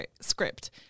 script